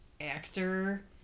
actor